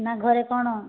ନା ଘରେ କ'ଣ